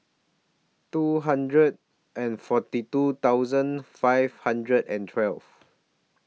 two hundred and forty two thousand five hundred and twelve